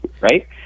right